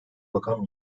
rakam